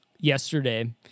yesterday